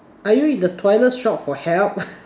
are you in the toilet shout for help